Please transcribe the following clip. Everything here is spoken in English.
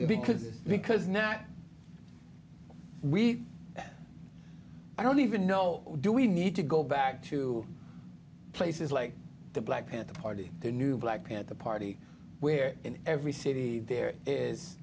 because because now that we i don't even know do we need to go back to places like the black panther party the new black panther party where in every city there is